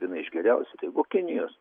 viena iš geriausių tai buvo kinijos